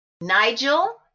Nigel